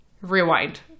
rewind